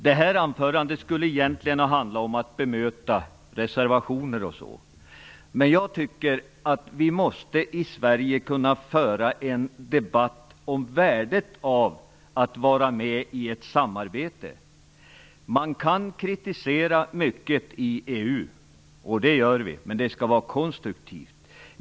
Detta anförande skulle egentligen ha ägnats åt att bemöta reservationer osv., men jag tycker att vi i Sverige måste kunna föra en debatt om värdet av att vara med i ett samarbete. Man kan kritisera mycket i EU, och det gör vi, men det skall vara konstruktivt.